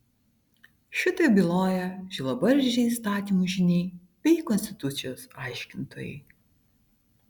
šitaip byloja žilabarzdžiai įstatymų žyniai bei konstitucijos aiškintojai